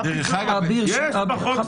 יש בחוק זכויות אדם.